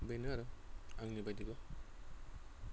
बैनो आरो आंनि बायदिबा